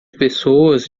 pessoas